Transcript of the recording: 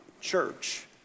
church